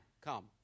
Come